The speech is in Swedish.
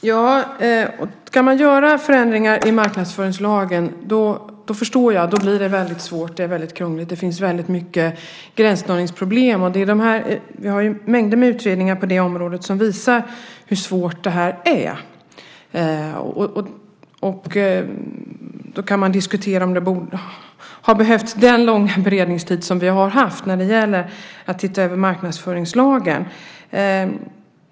Herr talman! Att göra förändringar i marknadsföringslagen förstår jag blir svårt. Det är väldigt krångligt. Det finns många gränsdragningsproblem. Vi har mängder med utredningar på det området som visar hur svårt det är, och därför kan man diskutera om det behövts den långa beredningstid som vi haft för att se över marknadsföringslagen.